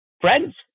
friends